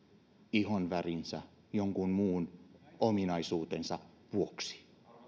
ihonvärinsä jonkun muun ominaisuutensa vuoksi